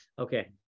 Okay